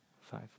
five